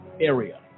area